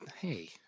Hey